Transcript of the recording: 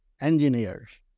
engineers